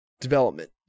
development